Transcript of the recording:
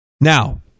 Now